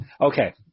Okay